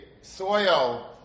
soil